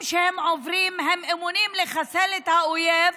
שהאנשים עוברים הם אימונים לחסל את האויב,